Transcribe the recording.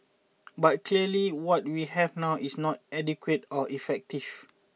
but clearly what we have now is not adequate or effective